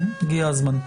הגיע הזמן.